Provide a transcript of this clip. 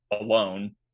alone